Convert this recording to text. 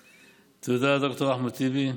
תודה, ד"ר אחמד טיבי.